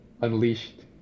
unleashed